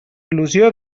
il·lusió